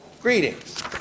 greetings